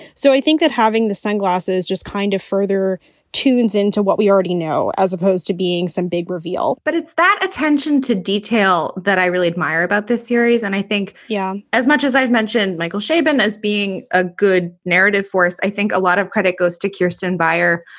so i think that having the sunglasses just kind of further tunes into what we already know as opposed to being some big reveal but it's that attention to detail that i really admire about this series. and i think yeah as much as i've mentioned michael chabon as being a good narrative for us, i think a lot of credit goes to kirsten buyer,